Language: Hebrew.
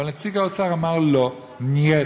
אבל נציג האוצר אמר: לא, "נייט".